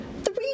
Three